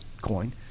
coin